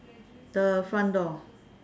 the front door